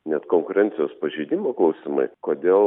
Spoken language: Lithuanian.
net konkurencijos pažeidimų klausimai kodėl